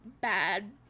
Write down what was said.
bad